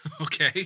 Okay